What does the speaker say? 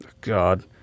God